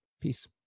Peace